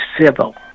civil